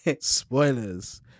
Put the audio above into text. spoilers